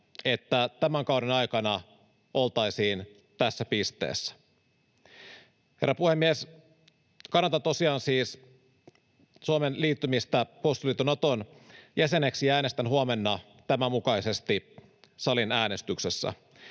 että tämän kauden aikana oltaisiin tässä pisteessä. Herra puhemies! Kannatan tosiaan Suomen liittymistä puolustusliitto Naton jäseneksi ja äänestän huomenna tämän mukaisesti salin äänestyksessä.